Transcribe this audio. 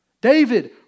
David